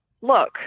look